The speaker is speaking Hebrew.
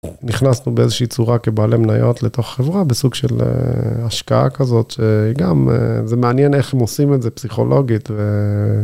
נכנסנו באיזושהי צורה כבעלי מניות לתוך חברה בסוג של השקעה כזאת שגם זה מעניין איך הם עושים את זה פסיכולוגית ו...